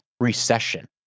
recession